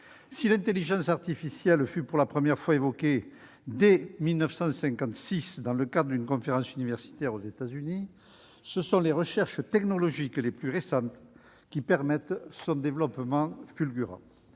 Si l'intelligence artificielle fut pour la première fois évoquée en 1956 dans le cadre d'une conférence universitaire aux États-Unis, ce sont les recherches technologiques les plus récentes qui permettent son développement fulgurant.